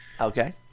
Okay